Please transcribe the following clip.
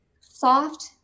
soft